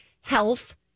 health